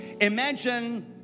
Imagine